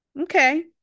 Okay